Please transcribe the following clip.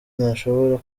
ntashobora